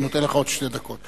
אני נותן לך עוד שתי דקות...